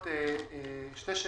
שתי שאלות.